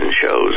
shows